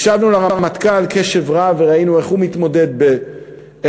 הקשבנו לרמטכ"ל קשב רב וראינו איך הוא מתמודד עם